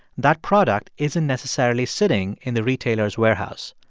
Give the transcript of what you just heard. that product isn't necessarily sitting in the retailer's warehouse.